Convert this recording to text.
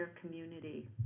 community